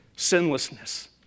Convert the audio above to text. Sinlessness